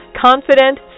Confident